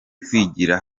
kwigira